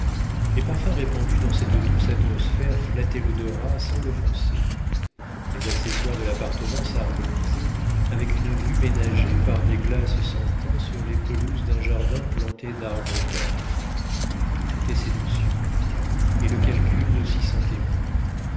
les parfums répandus dans cette douce atmosphère flattaient l'odorat sans l'offenser les accessoires de l'appartement s'harmoniaient avec une vue ménagée par des glaces sans tain sur les pelouses d'un jardin planté d'arbres verts tout était séduction et le calcul ne s'y sentait point